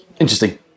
Interesting